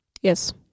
Yes